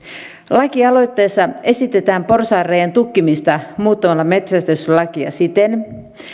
lakialoitteessa esitetään porsaanreiän tukkimista muuttamalla metsästyslakia siten